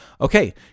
Okay